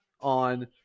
on